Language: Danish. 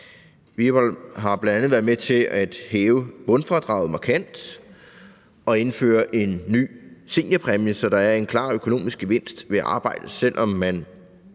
Vi har bl.a. været med til at hæve bundfradraget markant og indføre en ny seniorpræmie, så der er en klar økonomisk gevinst ved at arbejde, selv om man